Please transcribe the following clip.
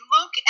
look